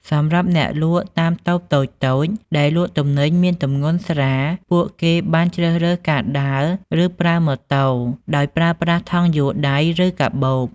សម្រាប់អ្នកលក់តាមតូបតូចៗដែលលក់ទំនិញមានទម្ងន់ស្រាល ពួកគេបានជ្រើសរើសការដើរ ឬប្រើម៉ូតូដោយប្រើប្រាស់ថង់យួរដៃឬកាបូប។